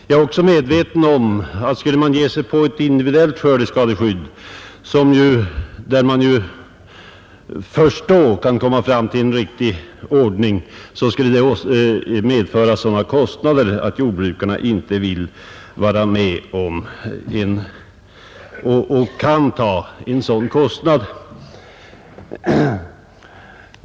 Jag är också medveten om att om man skulle söka åstadkomma ett individuellt skördeskadeskydd, det enda sättet att komma fram till en riktig ordning, skulle detta medföra kostnader som jordbrukarna inte vill vara med om och inte kan bära.